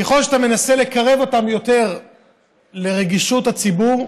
ככל שאתה מנסה לקרב אותם יותר לרגישות הציבור,